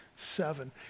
Seven